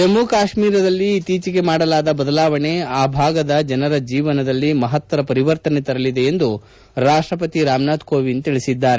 ಜಮ್ಮ ಕಾಶ್ಮೀರದಲ್ಲಿ ಇತ್ತೀಚೆಗೆ ಮಾಡಲಾದ ಬದಲಾವಣೆ ಆ ಭಾಗದ ಜನರ ಜೀವನದಲ್ಲಿ ಮಹತ್ತರ ಪರಿವರ್ತನೆ ತರಲಿದೆ ಎಂದು ರಾಷ್ಟಪತಿ ರಾಮನಾಥ್ ಕೋವಿಂದ್ ಹೇಳಿದ್ದಾರೆ